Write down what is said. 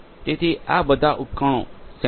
તેથી આ બધા ઉપકરણો સેન્સર ભૌગોલિક ટેગ પણ કરી શકાય છે